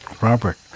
Robert